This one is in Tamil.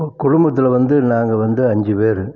இப்போது குடும்பத்தில் வந்து நாங்கள் வந்து அஞ்சு பேர்